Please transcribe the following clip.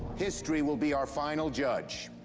history will be our final judge.